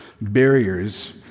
barriers